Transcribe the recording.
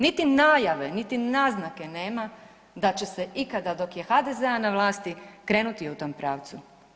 Niti najave, niti naznake nema da će se ikada dok je HDZ-a na vlasti krenuti u tom pravcu.